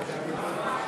(קוראת בשמות חברי